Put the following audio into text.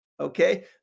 Okay